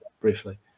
briefly